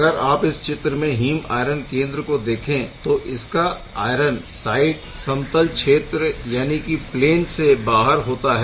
अगर आप इस चित्र में हीम आयरन केंद्र को देखें तो इसका आयरन साइड समतल क्षेत्र से बाहर होता है